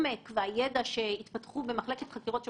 העומק והידע שהתפתחו במחלקת החקירות של